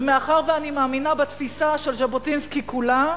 ומאחר שאני מאמינה בתפיסה של ז'בוטינסקי כולה,